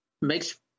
makes